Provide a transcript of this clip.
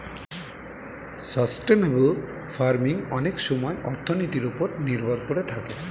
sustainable farming অনেক সময়ে অর্থনীতির ওপর নির্ভর করে থাকে